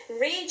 read